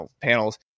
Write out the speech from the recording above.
panels